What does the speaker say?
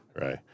right